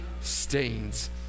stains